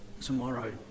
tomorrow